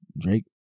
Drake